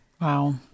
Wow